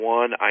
one